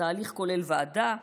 התהליך כולל ועדה,